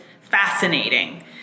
fascinating